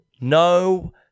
No